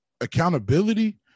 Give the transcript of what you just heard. accountability